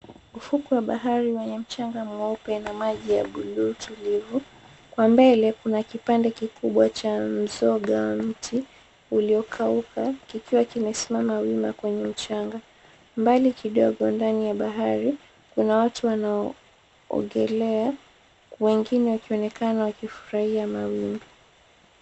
Ufuko wa bahari mwenye mchanga mweupe na maji ya buluu tulivu. Kwa mbele kuna kipande kikubwa cha mzoga wa mti uliokauka kikiwa kimesimama wima kwenye mchanga. Mbali kidogo ndani ya bahari, kuna watu wanaoogelea wengine wakionekana wakifurahia mawimbi.